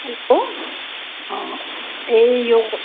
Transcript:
hello अँ ए यो